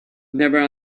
never